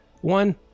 one